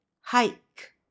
hike